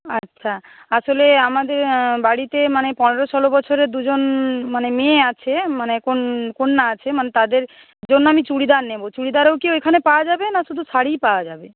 আচ্ছা আসলে আমাদের বাড়িতে মানে পনেরো ষোলো বছরের দুজন মানে মেয়ে আছে মানে কন্যা আছে মানে তাদের জন্য আমি চুড়িদার নেব চুড়িদারও কি ওইখানে পাওয়া যাবে না শুধু শাড়িই পাওয়া যাবে